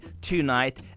tonight